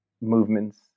movements